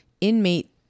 inmate